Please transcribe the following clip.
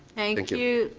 and thank you.